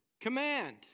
command